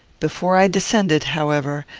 before i descended, however,